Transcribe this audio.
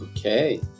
Okay